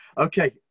Okay